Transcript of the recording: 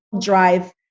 drive